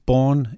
Born